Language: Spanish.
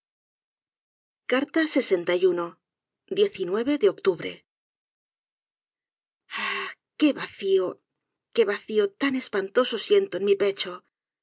en libertad de octubre ab qué vacio qué vacío tan espantoso siento en mi pecho